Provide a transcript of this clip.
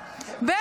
יוליה, זה